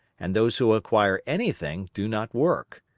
and those who acquire anything, do not work.